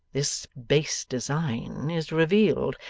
this base design is revealed,